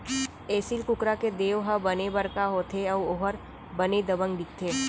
एसील कुकरा के देंव ह बने बड़का होथे अउ ओहर बने दबंग दिखथे